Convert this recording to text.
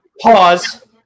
Pause